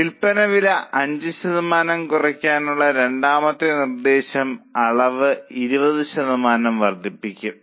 വിൽപ്പന വില 5 ശതമാനം കുറയ്ക്കാനുള്ള രണ്ടാമത്തെ നിർദ്ദേശം അളവ് 20 ശതമാനം വർദ്ധിപ്പിക്കും